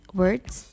words